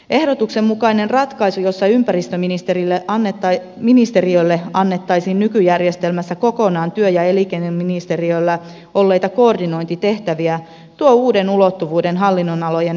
ehdotuksen mukainen ratkaisu jossa ympäristöministeriölle annettaisiin nykyjärjestelmässä kokonaan työ ja elinkeinoministeriöllä olleita koordinointitehtäviä tuo uuden ulottuvuuden hallinnonalojen väliseen yhteistyöhön